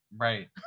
Right